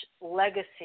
legacy